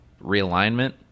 realignment